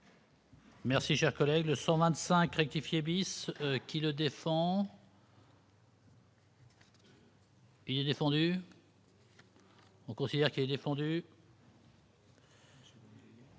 Merci, cher collègue, de 125 rectifier bis qui le défend. Il est fondu. On considère qu'il est défendu.